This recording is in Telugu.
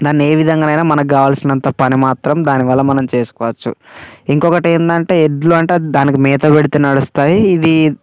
దాన్ని ఏ విధంగానైనా మనకు కావలసినంత పని మాత్రం దానివల్ల మనం చేసుకోవచ్చు ఇంకొకటి ఏంటంటే ఎడ్లు అంటే దానికి మేత పెడితే నడుస్తాయి ఇది